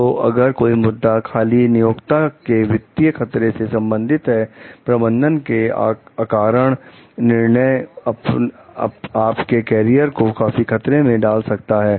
तो अगर कोई मुद्दा खाली नियोक्ता के वित्तीय खतरे से संबंधित है प्रबंधक के अकारण निर्णय आपके कैरियर को काफी खतरे में डाल सकता है